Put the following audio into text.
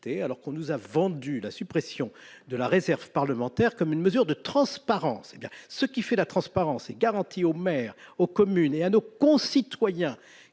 alors que l'on nous a vendu la suppression de la réserve parlementaire comme une mesure de transparence. Il faut garantir aux maires, aux communes et à nos concitoyens